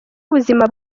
ubuzima